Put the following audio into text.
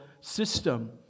system